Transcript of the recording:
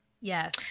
Yes